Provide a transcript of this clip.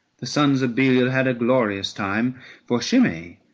the sons of belial had a glorious time for shimei,